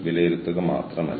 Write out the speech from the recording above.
വീണ്ടും ഇത് വിശദാംശമല്ല